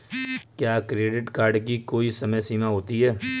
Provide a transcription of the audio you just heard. क्या credit card की कोई समय सीमा होती है?